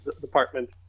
department